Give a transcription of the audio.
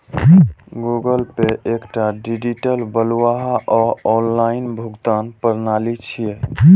Google Pay एकटा digital बटुआ आ ऑनलाइन भुगतान प्रणाली छियै